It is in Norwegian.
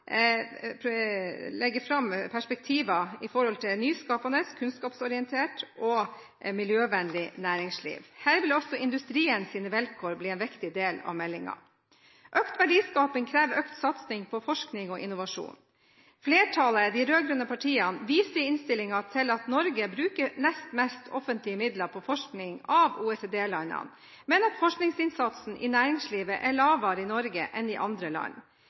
å legge fram perspektiver i forhold til et nyskapende, kunnskapsorientert og miljøvennlig næringsliv. Industriens vilkår vil også bli en viktig del av meldingen. Økt verdiskaping krever økt satsing på forskning og innovasjon. Flertallet – de rød-grønne partiene – viser i innstillingen til at Norge bruker nest mest offentlige midler på forskning av OECD-landene, men at forskningsinnsatsen i næringslivet er lavere i Norge enn i andre land.